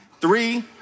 three